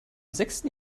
sechsten